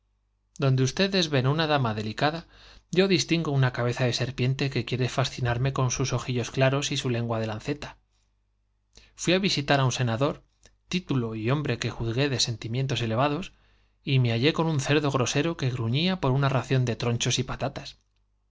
donde ustedes ven una dama delicada yo distingo serpiente que quiere fascinarme con una cabeza de lanceta fuí á visitar sus ojillos claros y su lengua de á un senador título y hombre que juzgué de senti mientes elevados jo y me hallé con un cerdo grosero una ración de tronchos y patatas